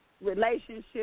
relationship